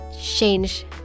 change